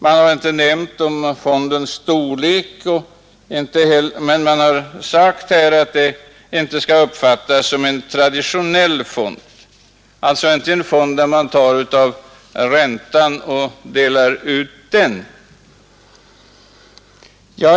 Det har inte nämnts något om fondens storlek, men man har sagt att det inte är meningen att detta skall vara en traditionell fond, alltså en sådan där man delar ut räntan på fondens medel.